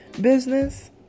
business